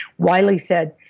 wiley said,